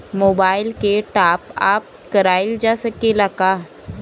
Mobile के टाप आप कराइल जा सकेला का?